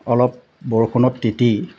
অলপ বৰষুণত তিতি